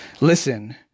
listen